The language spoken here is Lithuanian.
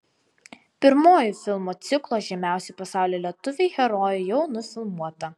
pirmoji filmų ciklo žymiausi pasaulio lietuviai herojė jau nufilmuota